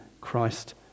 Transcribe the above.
Christ